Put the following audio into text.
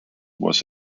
was